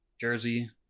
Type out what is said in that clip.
jersey